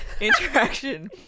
interaction